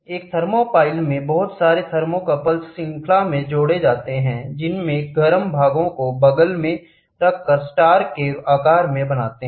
एक थर्मापाइल में बहुत सारे थर्मोकॉप्ल्स श्रृंखला में जोड़े जाते है जिसमें गरम भागो को बगल में रखकर स्टार के आकर में बनाते है